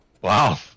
Wow